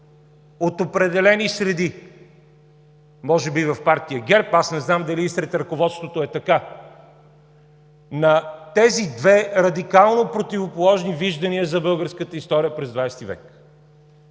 от определени среди, може би в партия ГЕРБ, аз не зная дали сред ръководството е така, на тези две радикално противоположни виждания за българската история през XX век.